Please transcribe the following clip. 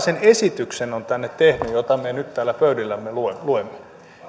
sen esityksen jota me nyt täällä pöydillämme luemme